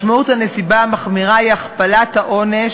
משמעות הנסיבה המחמירה היא הכפלת העונש